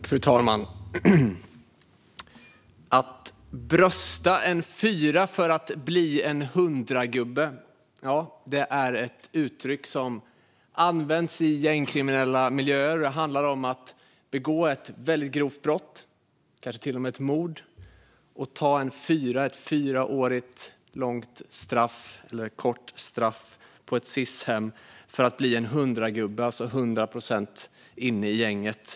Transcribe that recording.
Fru talman! Att brösta en fyra för att bli en hundragubbe - det är ett uttryck som används i gängkriminella miljöer. Det handlar om att begå ett väldigt grovt brott, kanske till och med ett mord, och ta en fyra - ett fyra år långt, eller kort, straff på ett Sis-hem för att bli en hundragubbe, alltså till hundra procent inne i gänget.